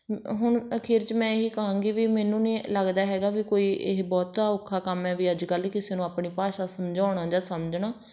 ਹੁਣ ਅਖੀਰ 'ਚ ਮੈਂ ਇਹੀ ਕਹਾਂਗੀ ਵੀ ਮੈਨੂੰ ਨਹੀਂ ਲੱਗਦਾ ਹੈਗਾ ਵੀ ਕੋਈ ਇਹ ਬਹੁਤਾ ਔਖਾ ਕੰਮ ਹੈ ਵੀ ਅੱਜ ਕੱਲ੍ਹ ਕਿਸੇ ਨੂੰ ਆਪਣੀ ਭਾਸ਼ਾ ਸਮਝਾਉਣਾ ਜਾਂ ਸਮਝਣਾ